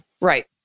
Right